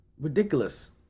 ridiculous